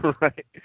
Right